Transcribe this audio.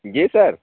جی سر